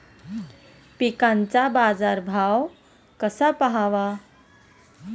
पिकांचा बाजार भाव कसा पहावा?